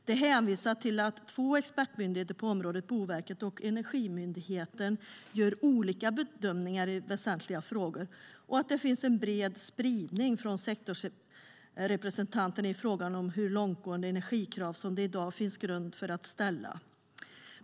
De hänvisar till att två expertmyndigheter på området, Boverket och Energimyndigheten, gör olika bedömningar i väsentliga frågor och att det finns en bred spridning från sektorsrepresentanterna i frågan om hur långtgående energikrav som det i dag finns grund för att ställa.